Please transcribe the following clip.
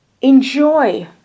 enjoy